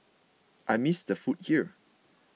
I miss the food here